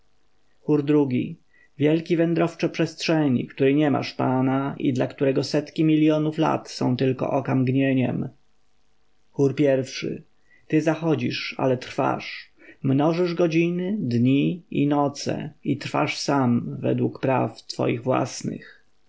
ii wielki wędrowcze przestrzeni który nie masz pana i dla którego setki miljonów lat są tylko okamgnieniem chór i ty zachodzisz ale trwasz mnożysz godziny dni i noce i trwasz sam według praw twoich własnych